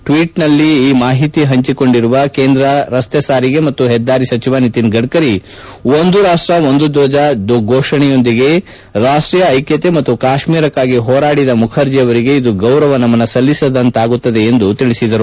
ಟ್ವೀಟ್ನಲ್ಲಿ ಈ ಮಾಹಿತಿ ಹಂಚಿಕೊಂಡಿರುವ ಕೇಂದ್ರ ರಸ್ತೆ ಸಾರಿಗೆ ಮತ್ತು ಹೆದ್ದಾರಿ ಸಚಿವ ನಿತಿನ್ ಗಡ್ಕರಿ ಒಂದು ರಾಷ್ಟ ಒಂದು ಧ್ವಜ ಫೋಷಣೆಯೊಂದಿಗೆ ರಾಷ್ಟೀಯ ಐಕ್ಯತೆ ಮತ್ತು ಕಾಶ್ಮೀರಕ್ಕಾಗಿ ಹೋರಾಡಿದ ಮುಖರ್ಜಿ ಅವರಿಗೆ ಇದು ಗೌರವ ನಮನ ಸಲ್ಲಿಸಿದಂತಾಗುತ್ತದೆ ಎಂದು ಹೇಳಿದ್ದಾರೆ